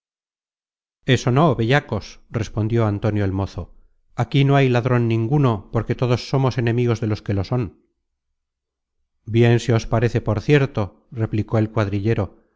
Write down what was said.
eso no bellacos respondió antonio el mozo aquí no hay ladron ninguno porque todos somos enemigos de los que lo son bien se os parece por cierto replicó el cuadrillero